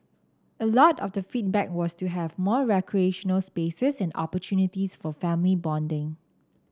a lot of the feedback was to have more recreational spaces and opportunities for family bonding